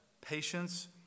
patience